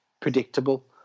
predictable